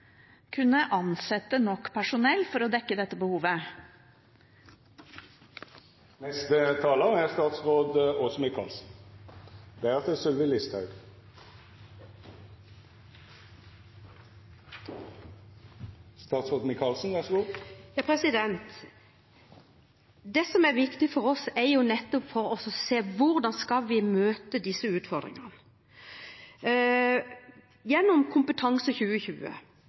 kunne ha ansatt nok personell til å dekke dette behovet. Det som er viktig for oss, er nettopp å se hvordan vi skal møte disse utfordringene. Gjennom Kompetanseløft 2020 satte vi av godt og vel 1,6 mrd. kr i statsbudsjettet for